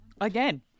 again